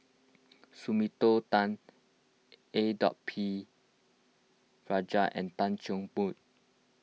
Sumiko Tan A dot P Rajah and Tan Cheng Bock